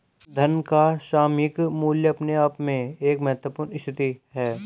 धन का सामयिक मूल्य अपने आप में एक महत्वपूर्ण स्थिति है